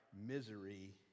misery